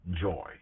joy